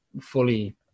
fully